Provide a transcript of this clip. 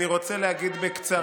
אני רוצה להגיד בקצרה,